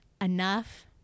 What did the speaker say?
enough